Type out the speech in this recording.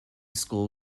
school